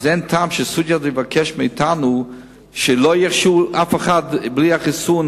אז אין טעם שסעודיה תבקש מאתנו שלא ירשו לאף אחד להיכנס בלי החיסון,